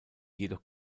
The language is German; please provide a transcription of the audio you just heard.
jedoch